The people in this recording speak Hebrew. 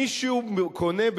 מישהו קונה,